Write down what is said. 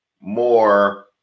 more